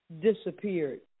disappeared